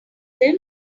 them